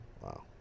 Wow